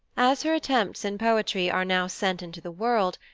as her attempts in poetry are now sent into the world,